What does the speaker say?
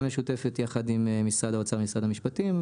משותפת יחד עם משרד האוצר ומשרד המשפטים,